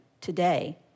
today